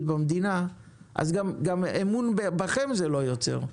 במדינה אז גם אמון בכם זה לא יוצר,